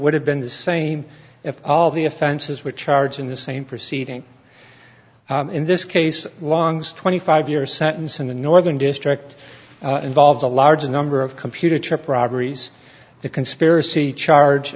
would have been the same if all the offenses were charged in the same proceeding in this case long's twenty five year sentence in the northern district involves a large number of computer chip robberies the conspiracy charge